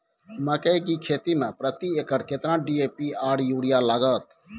मकई की खेती में प्रति एकर केतना डी.ए.पी आर यूरिया लागत?